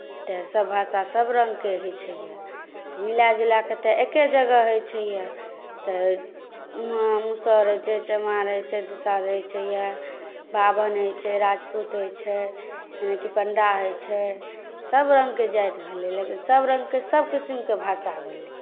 तऽ सभभाषा सभरङ्गके होइत छै यए तऽ मिलाए जुलाए कऽ तऽ एके जगह होइत छै यए तऽ मुसहर होइत छै चमार होइत छै दुसाध होइत छै यए ब्राह्मण होइत छै राजपूत होइत छै कि पण्डा होइत छै सभरङ्गके जाति भेलै लेकिन सभरङ्गके सभ किस्मके भाषा भेलै